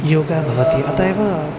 योगा भवति अतः एव